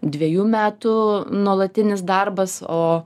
dvejų metų nuolatinis darbas o